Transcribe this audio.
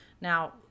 Now